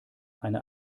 eine